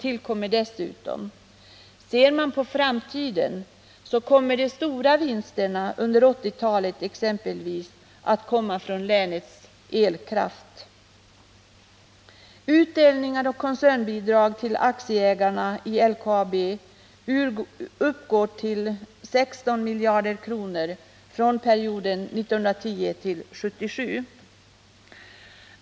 Tittar vi framåt så skall vi finna att de stora vinsterna, exempelvis under 1980-talet, kommer från länets elkraft.